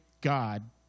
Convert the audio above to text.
God